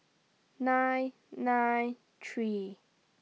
nine nine three